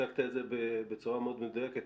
הצגת את זה בצורה מאוד מדויקת.